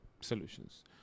solutions